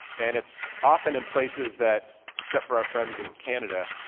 and it's often in places that, except for our friends in canada